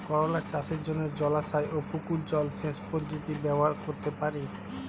করোলা চাষের জন্য জলাশয় ও পুকুর জলসেচ পদ্ধতি ব্যবহার করতে পারি?